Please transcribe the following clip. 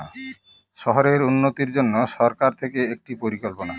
শহরের উন্নতির জন্য সরকার থেকে একটি পরিকল্পনা